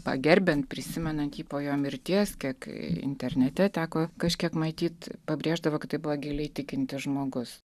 pagerbiant prisimenant jį po jo mirties kai internete teko kažkiek matyt pabrėždavo kad tai buvo giliai tikintis žmogus